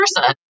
versa